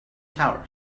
tower